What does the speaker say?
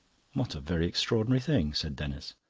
what a very extraordinary thing, said denis.